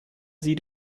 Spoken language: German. sie